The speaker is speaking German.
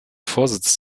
vorsitz